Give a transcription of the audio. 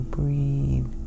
breathe